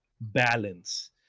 balance